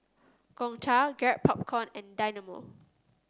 Gongcha Garrett Popcorn and Dynamo